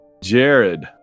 Jared